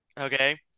Okay